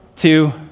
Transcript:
two